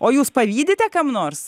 o jūs pavydite kam nors